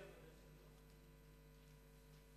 להעביר את הצעת חוק שיקום נכי נפש בקהילה (תיקון,